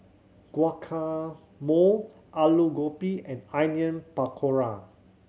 Guacamole Alu Gobi and Onion Pakora